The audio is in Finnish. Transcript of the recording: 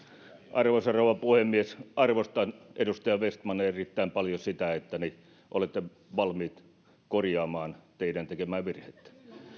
arvoisa rouva puhemies arvostan edustaja vestman erittäin paljon sitä että olette valmiit korjaamaan teidän tekemäänne virhettä